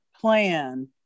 plan